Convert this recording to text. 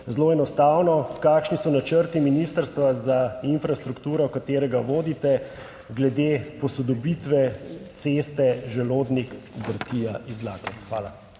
zelo enostavno: Kakšni so načrti Ministrstva za infrastrukturo, ki ga vodite, glede posodobitve ceste Želodnik–Drtija–Izlake? Hvala.